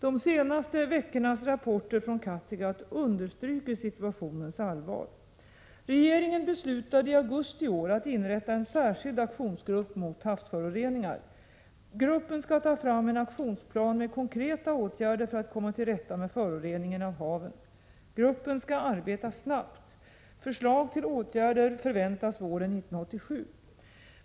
De senaste veckornas rapporter från Kattegatt understryker situationens allvar. Regeringen beslutade i augusti i år att inrätta en särskild aktionsgrupp mot havsföroreningar. Gruppen skall ta fram en aktionsplan med förslag till konkreta åtgärder för att komma till rätta med föroreningen av haven. Gruppen skall arbeta snabbt. Förslag till åtgärder förväntas våren 1987.